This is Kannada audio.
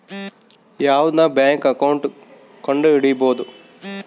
ಯಾವ್ದನ ಬ್ಯಾಂಕ್ ಅಕೌಂಟ್ ಕಂಡುಹಿಡಿಬೋದು